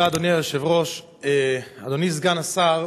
תודה, אדוני היושב-ראש, אדוני סגן השר,